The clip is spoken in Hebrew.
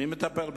מי מטפל בזה?